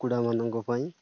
କୁକୁଡ଼ାମାନଙ୍କ ପାଇଁ